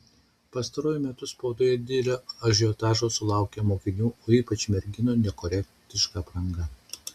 pastaruoju metu spaudoje didelio ažiotažo sulaukia mokinių o ypač merginų nekorektiška apranga